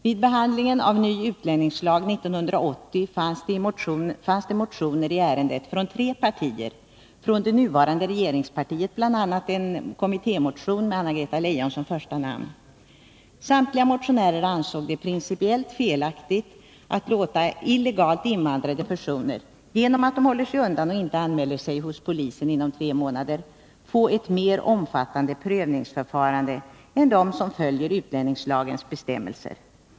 Vid behandlingen av ny utlänningslag 1980 fanns det motioner i ärendet från tre partier — från det nuvarande regeringspartiet bl.a. en kommittémotion med Anna-Greta Leijon som första namn. Samtliga motionärer ansåg det principiellt felaktigt att låta illegalt invandrade personer, genom att de håller sig undan och inte anmäler sig hos polisen inom tre månader, få ett mer omfattande prövningsförfarande än de som följer utlänningslagens bestämmelser.